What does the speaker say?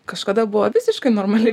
kažkada buvo visiškai normali